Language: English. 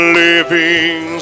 living